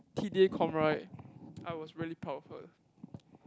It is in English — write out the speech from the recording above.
right I was really proud of her